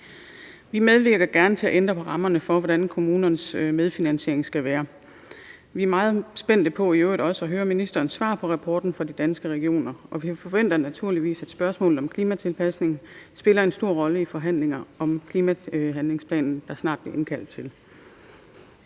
Vi medvirker gerne til at ændre på rammerne for, hvordan kommunernes medfinansiering skal være. Vi er i øvrigt også meget spændt på at høre ministerens svar på rapporten fra Danske Regioner, og vi forventer naturligvis, at spørgsmålet om klimatilpasning spiller en stor rolle i forhandlingerne om klimahandlingsplanen, der snart bliver indkaldt til.